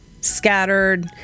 scattered